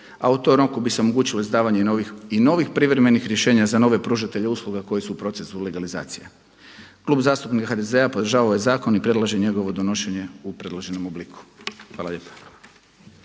a u tom roku bi se omogućilo izdavanje i novih privremenih rješenja za nove pružatelje usluga koji su u procesu legalizacije. Klub zastupnika HDZ-a podržava ovaj zakon i predlaže njegovo donošenje u predloženom obliku. Hvala lijepa.